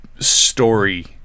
Story